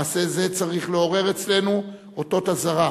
מעשה זה צריך לעורר אצלנו אותות אזהרה,